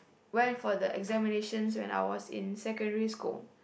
went for the examinations when I was in secondary school